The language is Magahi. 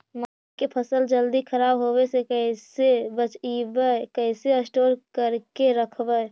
मकइ के फ़सल के जल्दी खराब होबे से कैसे बचइबै कैसे स्टोर करके रखबै?